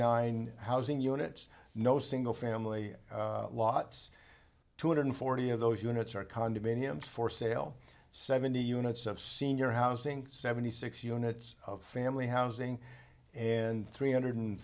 nine housing units no single family lots two hundred forty of those units are condominiums for sale seventy units of senior housing seventy six units of family housing and three hundred